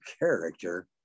character